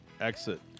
exit